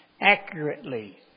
Accurately